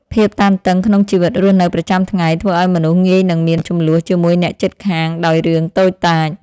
ភាពតានតឹងក្នុងជីវិតរស់នៅប្រចាំថ្ងៃធ្វើឱ្យមនុស្សងាយនឹងមានជម្លោះជាមួយអ្នកជិតខាងដោយរឿងតូចតាច។